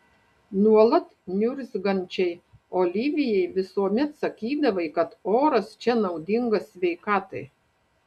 nuolat niurzgančiai olivijai visuomet sakydavai kad oras čia naudingas sveikatai